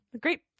great